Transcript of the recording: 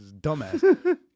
dumbass